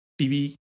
TV